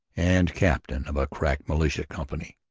and captain of a crack militia company.